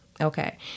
Okay